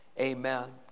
Amen